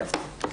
כן.